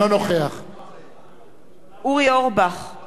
אורי אורבך, אינו נוכח